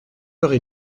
heures